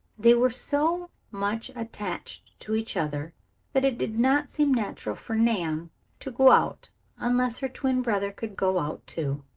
they were so much attached to each other that it did not seem natural for nan to go out unless her twin brother could go out too.